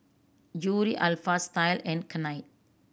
Yuri Alpha Style and Knight